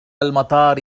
المطار